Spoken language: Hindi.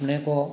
अपने को